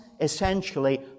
essentially